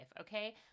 okay